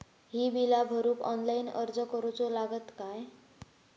ही बीला भरूक ऑनलाइन अर्ज करूचो लागत काय?